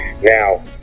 Now